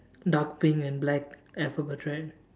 dark pink and black alphabet right